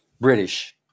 british